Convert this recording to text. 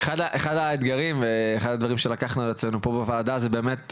אחד האתגרים ואחד הדברים שלקחנו על עצמינו פה בוועדה זה באמת,